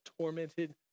tormented